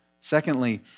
Secondly